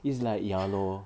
it's like ya lor